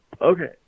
Okay